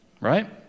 Right